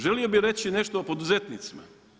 Želio bi reći nešto o poduzetnicima.